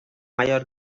mayor